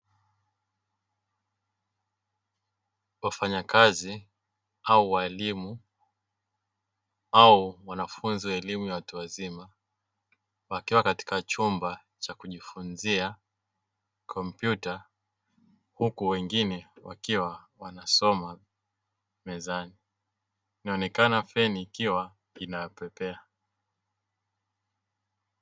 Wafanyakazi au walimu au wanafunzi wa elimu ya watu wazima wakiwa katika chumba cha kujifunzia kompyuta huku wengine wakiwa wanasoma mezani, inaonekana feni ikiwa inawapepea.